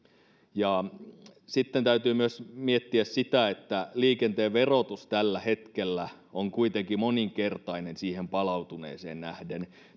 sitten täytyy miettiä myös sitä että liikenteen verotus on tällä hetkellä kuitenkin moninkertainen siihen palautuneeseen nähden